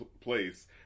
place